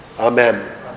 Amen